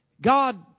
God